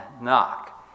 knock